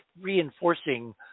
reinforcing